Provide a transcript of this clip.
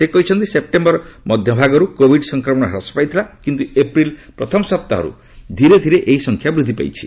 ସେ କହିଛନ୍ତି ସେପ୍ଟେମ୍ବର ମଧ୍ୟ ଭାଗରୁ କୋଭିଡ ସଂକ୍ରମଣ ହ୍ରାସ ପାଇଥିଲା କିନ୍ତୁ ଏପ୍ରିଲ ପ୍ରଥମ ସପ୍ତାହରୁ ଧୀରେ ଧୀରେ ଏହି ସଂଖ୍ୟା ବୃଦ୍ଧି ପାଇଛି